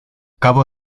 cabo